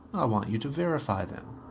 i want you to verify them.